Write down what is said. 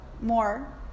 more